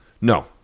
No